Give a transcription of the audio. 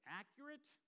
accurate